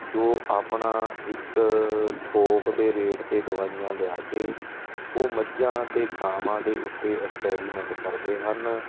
ਜੋ ਆਪਣਾ ਇੱਕ ਥੋਕ ਦੇ ਰੇਟ 'ਤੇ ਦਵਾਈਆਂ ਲਿਆ ਕੇ ਉਹ ਮੱਝਾਂ ਅਤੇ ਗਾਵਾਂ ਦੇ ਉੱਤੇ ਐਕਸਪੈਰੀਮੈਂਟ ਕਰਦੇ ਹਨ